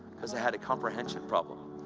because i had a comprehension problem.